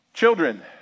Children